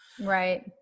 Right